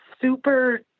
super